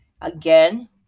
again